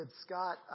Scott